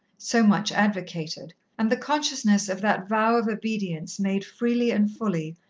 so much advocated, and the consciousness of that vow of obedience made freely and fully,